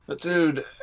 Dude